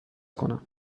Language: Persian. کنم